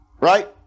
Right